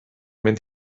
mynd